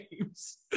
games